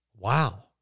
Wow